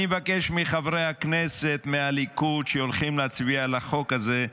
אני מבקש מחברי הכנסת מהליכוד שהולכים להצביע על החוק הזה,